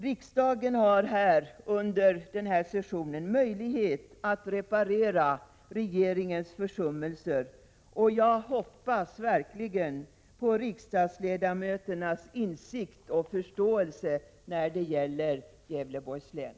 Riksdagen har under den här sessionen möjlighet att reparera regeringens försummel ser. Jag hoppas verkligen på riksdagsledamöternas insikt och förståelse när det gäller Gävleborgs län.